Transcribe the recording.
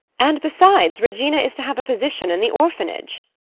and besides regina is to have a position in the orphanage.